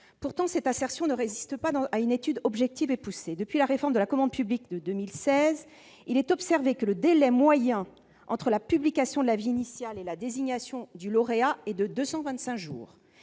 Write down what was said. Pourtant, cette assertion ne résiste pas à une étude objective et poussée. Depuis la réforme de la commande publique de 2016, il est observé que le délai moyen entre la publication de l'avis initial et la désignation du lauréat est de 225 jours.